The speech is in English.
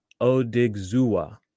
odigzua